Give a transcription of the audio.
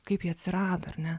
kaip ji atsirado ar ne